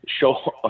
show